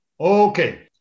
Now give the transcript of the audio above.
Okay